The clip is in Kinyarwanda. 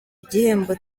igihembo